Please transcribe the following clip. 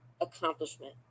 accomplishment